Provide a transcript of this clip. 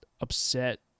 upset